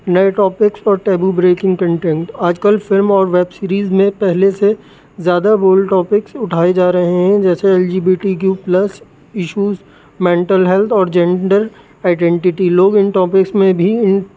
نئے ٹاپکس اور taboo breaking content آج کل فلم اور ویب سیریز میں پہلے سے زیادہ بولڈ ٹاپکس اٹھائے جا رہے ہیں جیسے L G B T Q plus issues mental health اور جینڈر آئیڈٹیٹی لوگ ان ٹاپکس میں بھی ان